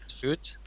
food